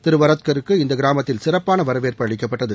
திரு வரத்கர் க்கு இந்த கிராமத்தில் சிறப்பான வரவேற்பு அளிக்கப்பட்டது